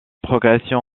progression